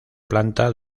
planta